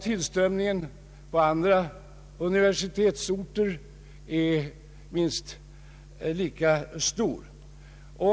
Tillströmningen på andra universitetsorter är minst lika stor.